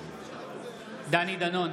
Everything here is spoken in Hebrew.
בעד דני דנון,